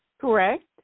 correct